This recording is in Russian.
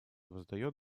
воздает